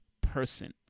person